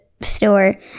store